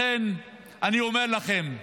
לכן אני אומר לכם,